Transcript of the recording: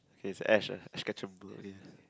okay it's Ash ah Ask-Ketchum